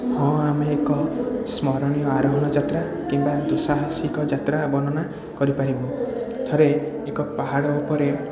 ହଁ ଆମେ ଏକ ସ୍ମରଣୀୟ ଆରୋହଣ ଯାତ୍ରା କିମ୍ବା ଦୁଃସାହସିକ ଯାତ୍ରା ବର୍ଣ୍ଣନା କରିପାରିବୁ ଥରେ ଏକ ପାହାଡ଼ ଉପରେ